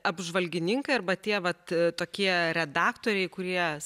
apžvalgininkai arba tie vat tokie redaktoriai kurie